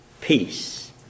Peace